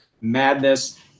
madness